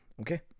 Okay